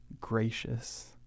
gracious